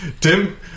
Tim